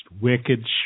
wicked